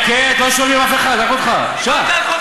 אתה דיברת על חוק